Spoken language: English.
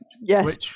Yes